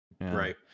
Right